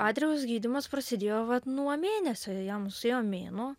adrijaus gydymas prasidėjo nuo mėnesio jam suėjo mėnuo